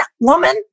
woman